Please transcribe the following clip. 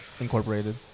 incorporated